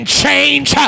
change